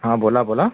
हां बोला बोला